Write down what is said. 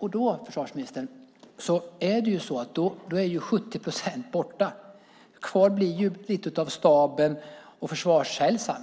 Då, försvarsministern, är ju 70 procent borta. Kvar blir lite av staben och Försvarshälsan.